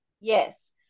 yes